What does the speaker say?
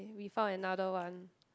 we found another one